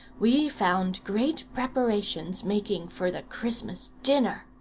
we found great preparations making for the christmas dinner.